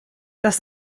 das